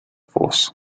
force